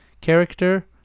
character